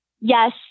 yes